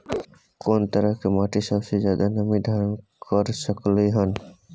कोन तरह के माटी सबसे ज्यादा नमी धारण कर सकलय हन?